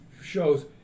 shows